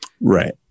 Right